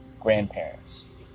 grandparents